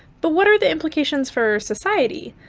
but what are the implications for society?